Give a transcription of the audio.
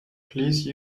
please